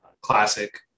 classic